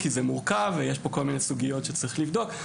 כי זה מורכב ויש פה כל מיני סוגיות שצריך לבדוק.